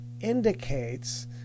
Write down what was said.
indicates